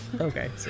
Okay